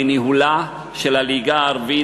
בניהולה של הליגה הערבית,